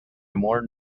more